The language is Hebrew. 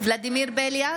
ולדימיר בליאק,